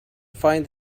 find